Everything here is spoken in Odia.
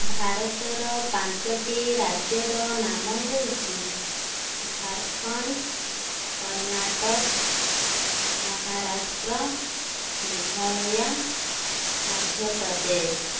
ଭାରତର ପାଞ୍ଚଟି ରାଜ୍ୟର ନାମ ହେଉଛି ଝାରଖଣ୍ଡ କର୍ଣ୍ଣାଟକ ମହାରାଷ୍ଟ୍ର ମେଘାଳୟ ମଧ୍ୟପ୍ରଦେଶ